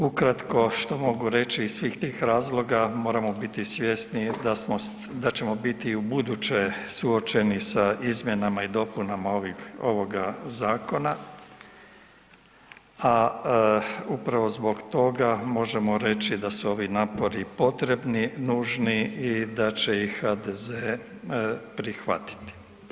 Ukratko što mogu reći iz svih tih razloga, moramo biti svjesni da ćemo biti ubuduće suočeni sa izmjenama i dopunama ovoga zakona, a upravo zbog toga možemo reći da su ovi napori potrebni, nužni i da će ih HDZ prihvatiti.